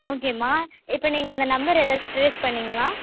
ஓகேம்மா இப்போ நீங்கள் அந்த நம்பர் ஏதாச்சும் ட்ரேஸ் பண்ணிங்களா